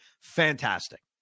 Fantastic